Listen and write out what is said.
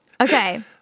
Okay